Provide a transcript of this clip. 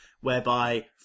whereby